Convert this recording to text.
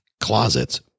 closets